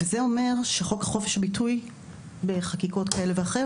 זה אומר שהחוק לחופש ביטוי בחקיקות כאלה ואחרות,